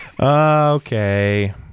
Okay